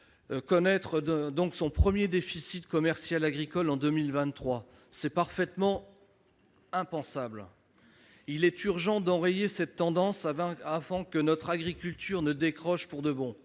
connaître son premier déficit commercial agricole en 2023. C'est parfaitement impensable ! Il est urgent d'enrayer cette tendance avant que notre agriculture ne décroche pour de bon.